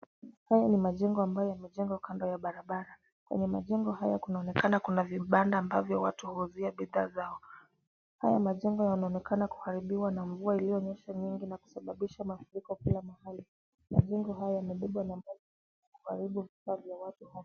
Haya ni majengo ambayo yamejengwa kando ya barabara, kwenye majengo haya kunaonekana Kuna vibanda ambavyo watu huuzia bidhaa zao. Haya majengo yanaonekana kuharibiwa na mvua iliyonyesha nyingi na kusababisha mafuriko kila mahali .Majengo haya yamebebwa na maji kuharibu bidhaa za watu.